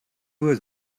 was